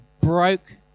broke